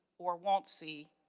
or won't see,